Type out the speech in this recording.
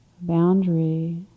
boundary